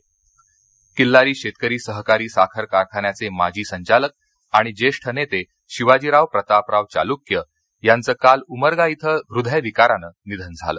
निधन उस्मानाबाद किल्लारी शेतकरी सहकारी साखर कारखान्याचे माजी संचालक आणि ज्येष्ठ नेते शिवाजीराव प्रतापराव चालुक्य यांचं काल उमरगा इथं हृदयविकारानं निधन झालं